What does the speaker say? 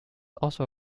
also